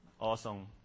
awesome